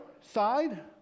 side